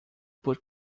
por